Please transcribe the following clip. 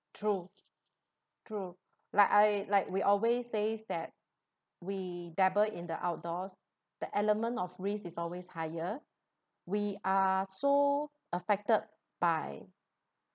true true like I like we always says that we dabble in the outdoors the element of risk is always higher we are so affected by